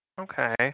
Okay